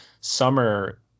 summer